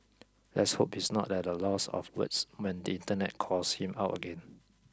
let's hope he's not at a loss of words when the Internet calls him out again